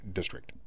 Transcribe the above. district